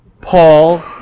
Paul